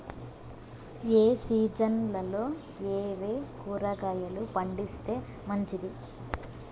ఏ సీజన్లలో ఏయే కూరగాయలు పండిస్తే మంచిది